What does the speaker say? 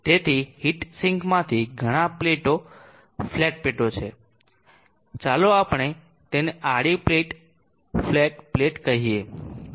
તેથી હીટ સિંકમાંથી ઘણા ફ્લેટ પ્લેટો છે ચાલો આપણે તેને આડી ફ્લેટ પ્લેટ કહીએ